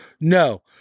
No